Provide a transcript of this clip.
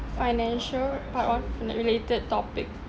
financial part one related topic